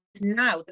now